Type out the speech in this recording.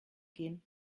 gehen